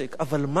אבל מה,